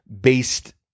based